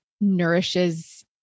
nourishes